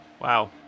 Wow